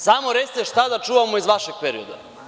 Samo recite šta da čuvamo iz vašeg perioda.